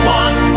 one